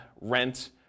rent